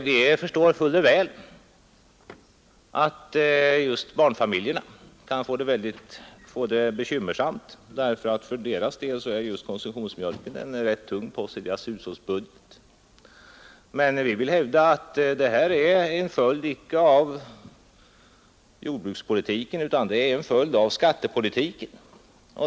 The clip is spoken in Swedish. Vi förstår fuller väl att just barnfamiljerna kan få det bekymmersamt därför att för deras del är just konsumtionsmjölken en tung post i budgeten. Men detta hävdar vi är en följd inte av jordbrukspolitiken utan av skattepolitiken.